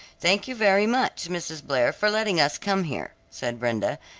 thank you very much, mrs. blair, for letting us come here, said brenda,